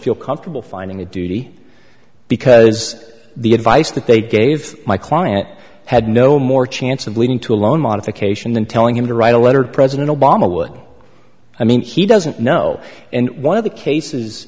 feel comfortable finding a duty because the advice that they gave my client had no more chance of leading to a loan modification than telling him to write a letter to president obama would i mean he doesn't know and one of the cases